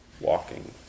walking